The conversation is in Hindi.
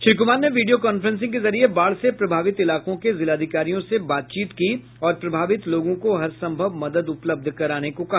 श्री कुमार ने वीडियो कांफ्रेंसिंग के जरिये बाढ़ से प्रभावित इलाकों के जिलाधिकारियों से बातचीत की और प्रभावित लोगों को हरसंभव मदद उपलब्ध कराने को कहा